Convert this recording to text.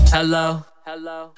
Hello